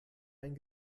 ein